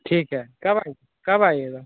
ठीक है कब आइ कब आइएगा